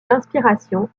d’inspiration